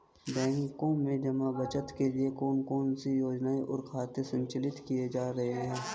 बैंकों में जमा बचत के लिए कौन कौन सी योजनाएं और खाते संचालित किए जा रहे हैं?